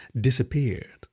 disappeared